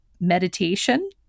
meditation